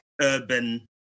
urban